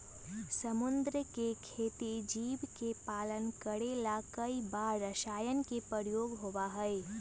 समुद्र के खेती जीव के पालन करे ला कई बार रसायन के प्रयोग होबा हई